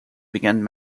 began